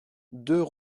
deux